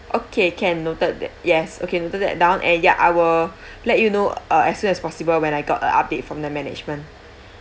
okay can noted that yes okay noted that down and ya I will let you know uh as soon as possible when I got a update from the management